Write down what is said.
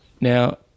Now